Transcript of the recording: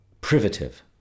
privative